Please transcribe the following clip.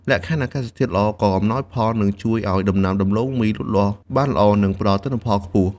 លក្ខខណ្ឌអាកាសធាតុល្អក៏អំណោយផលនិងជួយឱ្យដំណាំដំឡូងមីលូតលាស់បានល្អ និងផ្តល់ទិន្នផលខ្ពស់។